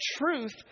truth